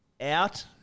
out